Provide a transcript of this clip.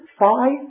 five